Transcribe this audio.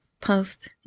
post